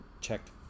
checked